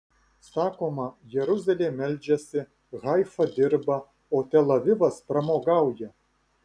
sakoma jeruzalė meldžiasi haifa dirba o tel avivas pramogauja